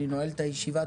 אני נועל את הישיבה.